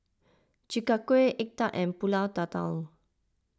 Chi Kak Kuih Egg Tart and Pulut Tatal